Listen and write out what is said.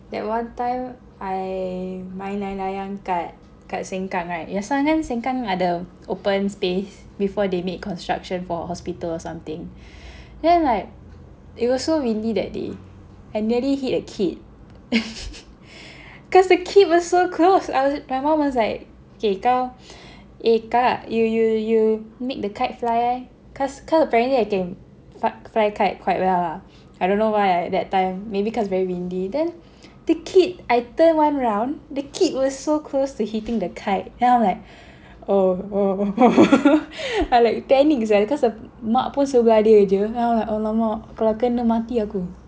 that one time I main layang-layang kat kat Sengkang right biasanya Sengkang ada open space before they made construction for hospital or something then like it was so windy that day I nearly hit a kid cause the kid was so close I was my mom was like okay kau eh kak you you you make the kite fly leh cause cause apparently I can fly kite quite well lah I don't know why that time maybe because very windy then the kid I turn one round the kid was so close to hitting the kite and I was like oh oh oh I like panic sia cause the mak pun sebelah dia je then I was like !alamak! kalau kena mati aku